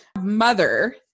Mother